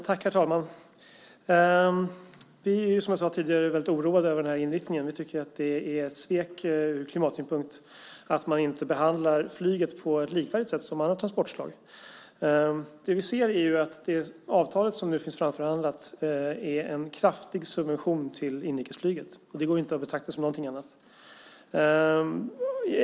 Herr talman! Vi är som jag sade tidigare väldigt oroade över den här inriktningen. Vi tycker att det är ett svek ur klimatsynpunkt att man inte behandlar flyget på ett likvärdigt sätt som andra transportslag. Det vi ser är att det avtal som nu finns framförhandlat är en kraftig subvention till inrikesflyget. Det går inte att betrakta som någonting annat.